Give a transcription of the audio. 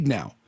now